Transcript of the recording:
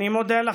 אני מודה לכם.